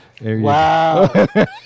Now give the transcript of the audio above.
Wow